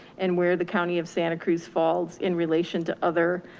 and where the county of santa cruz falls in relation to other